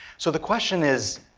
so the question is,